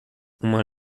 uma